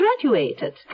graduated